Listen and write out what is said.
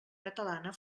catalana